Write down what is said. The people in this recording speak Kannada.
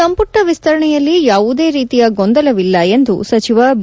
ಸಂಪುಟ ವಿಸ್ತರಣೆಯಲ್ಲಿ ಯಾವುದೇ ರೀತಿಯ ಗೊಂದಲವಿಲ್ಲ ಎಂದು ಸಚಿವ ಬಿ